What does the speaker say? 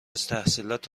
تحصیلات